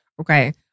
Okay